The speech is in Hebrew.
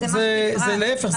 להפך,